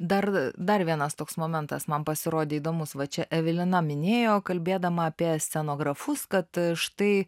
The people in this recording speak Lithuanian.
dar dar vienas toks momentas man pasirodė įdomus va čia evelina minėjo kalbėdama apie scenografus kad štai